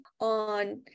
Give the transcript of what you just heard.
on